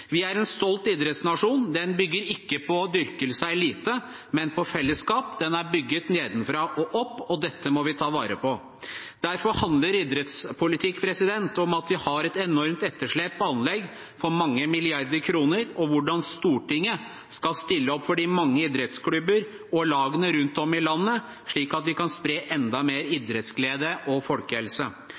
Vi er en stolt idrettsnasjon. Den bygger ikke på dyrkelse av eliten, men på fellesskap, den er bygget nedenfra og opp, og dette må vi ta vare på. Derfor handler idrettspolitikk om at vi har et enormt etterslep på anlegg, på mange milliarder kroner, og om hvordan Stortinget skal stille opp for de mange idrettsklubbene og lagene rundt om i landet, slik at vi kan spre enda mer idrettsglede og folkehelse.